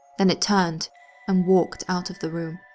then it turned and walked out of the room.